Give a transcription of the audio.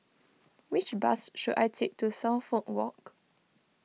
which bus should I take to Suffolk Walk